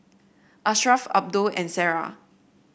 Ashraf Abdul and Sarah